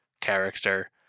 character